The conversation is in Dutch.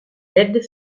derde